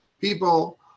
People